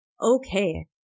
Okay